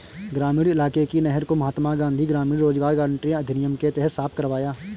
ग्रामीण इलाके की नहर को महात्मा गांधी ग्रामीण रोजगार गारंटी अधिनियम के तहत साफ करवाया